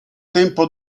tempo